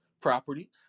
property